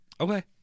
Okay